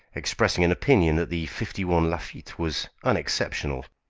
expressing an opinion that the fifty one lafitte was unexceptional.